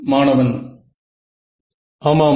மாணவன் ஆமாம்